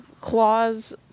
claws